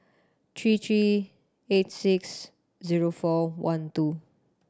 three three eight six zero four one two